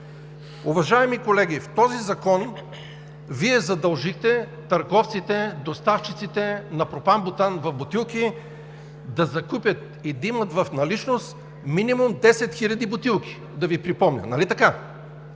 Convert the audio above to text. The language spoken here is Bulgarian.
Уважаеми колеги, в този закон Вие задължихте търговците, доставчиците на пропан-бутан в бутилки да закупят и да имат в наличност минимум 10 хил. бутилки – да Ви припомня, нали така?